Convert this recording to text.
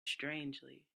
strangely